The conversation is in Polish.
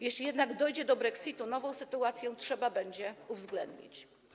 Jeśli jednak dojdzie do brexitu, nową sytuację trzeba będzie uwzględnić.